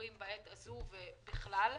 בעת הזו ובכלל.